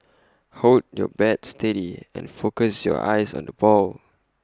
hold your bat steady and focus your eyes on the ball